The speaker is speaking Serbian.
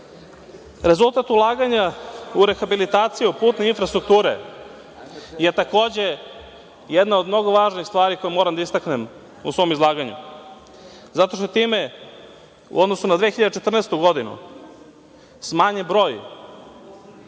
radim. Rezultat ulaganja u rehabilitaciju putne infrastrukture je takođe jedna od mnogo važnih stvari koje moram da istaknem u svom izlaganju, zato što je time u odnosu na 2014. godinu, smanjen broj